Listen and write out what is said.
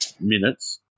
minutes